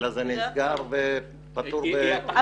זה נסגר כפטור בלא כלום.